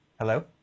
Hello